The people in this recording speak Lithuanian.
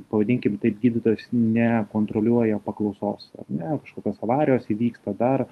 pavadinkim taip gydytojas nekontroliuoja paklausos ar ne kažkokios avarijos įvyksta dar